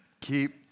keep